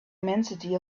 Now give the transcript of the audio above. immensity